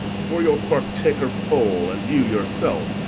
for your partaker poole, and you your selfe,